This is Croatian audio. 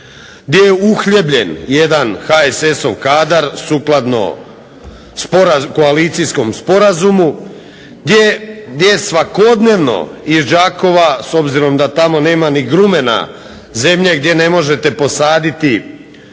gdje je uhljebljen jedan HSS-ov kadar sukladno koalicijskom sporazumu, gdje svakodnevno iz Đakova s obzirom da tamo nema ni grumena zemlje gdje ne možete posaditi